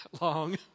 long